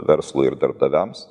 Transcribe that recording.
verslui ir darbdaviams